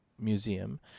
Museum